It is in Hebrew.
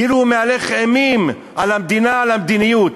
כאילו הוא מהלך אימים על המדינה, על המדיניות.